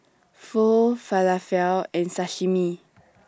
Pho Falafel and Sashimi